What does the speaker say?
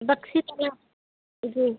Bakshi Talab जी